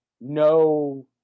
No